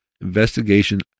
investigation